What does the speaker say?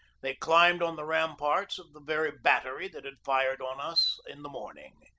they climbed on the ram parts of the very battery that had fired on us in the morning.